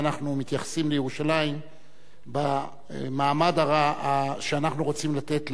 מתייחסים לירושלים במעמד שאנחנו רוצים לתת לה.